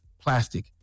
plastic